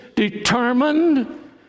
determined